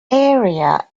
area